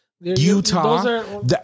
Utah